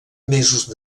mesos